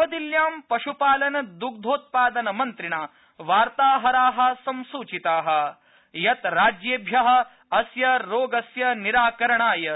नवदिल्यां पश्पालन दग्धोत्पादनमन्त्रिणा वार्ताहराः संसूचिताः यत् राज्येभ्यः अस्य रोगस्य निराकरणाय